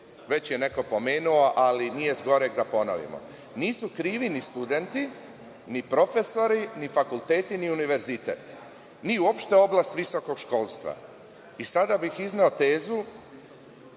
već je neko pomenuo ali nije zgoreg da ponovimo, nisu krivi ni studenti, ni profesori, ni fakulteti, ni univerzitet, ni uopšte oblast visokog školstva. Sada bih izneo tezu